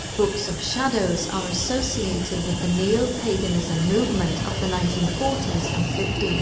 books of shadows are associated with the neopaganism movement of the nineteen forty s and fifty s,